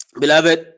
beloved